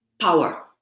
power